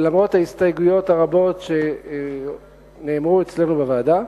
ולמרות ההסתייגויות הרבות שנאמרו אצלנו בוועדה,